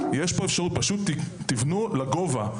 פשוט לבנות לגובה,